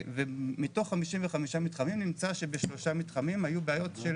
ומתוך 55 מתחמים נמצא שב-3 מתחמים היו בעיות של